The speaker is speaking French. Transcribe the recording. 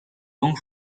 gang